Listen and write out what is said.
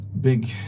big